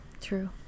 true